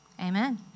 Amen